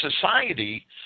society